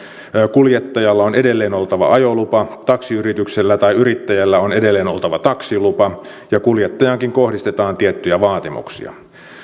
kuljettajalla on edelleen oltava ajolupa taksiyrityksellä tai yrittäjällä on edelleen oltava taksilupa ja kuljettajaankin kohdistetaan tiettyjä vaatimuksia